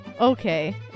Okay